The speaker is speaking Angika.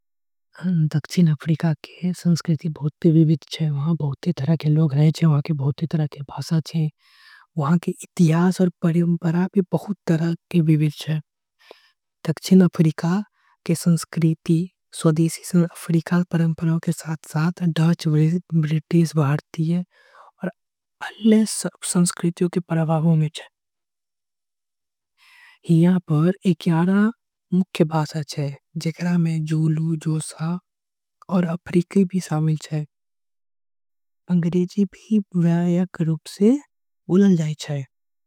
दक्षिण अफ्रीका के संस्कृति बहुत विविध छे। उहा बहुत तरह के लोग छे उहा के इतिहास। आऊ परंपरा के बहुत महत्व छे दक्षिण अफ्रीका। के संस्कृति बहुत अलग छे यह अंग्रेजी व्यापक। रूप से बोलल जाय छे बहुत तरह के भाषा छे।